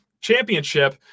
championship